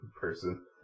person